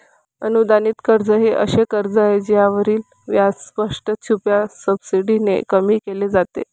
अनुदानित कर्ज हे असे कर्ज आहे ज्यावरील व्याज स्पष्ट, छुप्या सबसिडीने कमी केले जाते